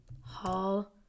Hall